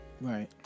right